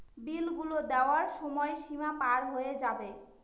বিল গুলো দেওয়ার সময় সীমা পার হয়ে যাবে